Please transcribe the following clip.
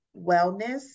wellness